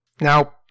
Now